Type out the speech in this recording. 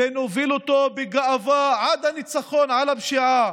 ונוביל אותו בגאווה עד הניצחון על הפשיעה,